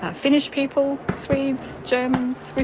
ah finnish people, swedes, germans,